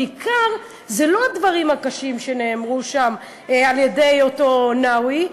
לא הטרידו אותם בעיקר הדברים הקשים שנאמרו שם על-ידי אותו נאווי,